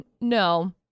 No